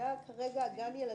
מבינה שגם ילדים,